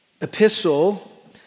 epistle